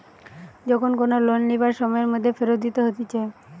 যখন কোনো লোন লিবার সময়ের মধ্যে ফেরত দিতে হতিছে